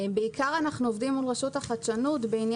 אנחנו עובדים מול רשות החדשנות בעיקר